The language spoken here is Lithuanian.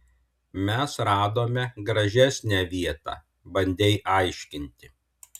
mes radome gražesnę vietą bandei aiškinti